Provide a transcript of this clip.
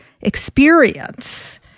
experience